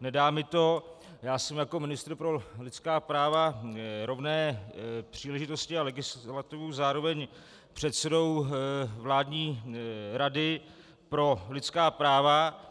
nedá mi to, já jsem jako ministr pro lidská práva, rovné příležitosti a legislativu zároveň předsedou vládní Rady pro lidská práva.